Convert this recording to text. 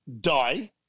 die